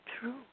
true